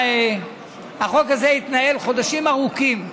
החוק הזה התנהל חודשים ארוכים,